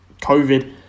Covid